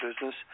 business